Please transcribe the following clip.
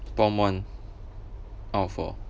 prompt one out of four